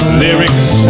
lyrics